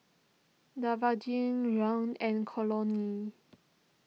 Devaughn Rahn and Colonel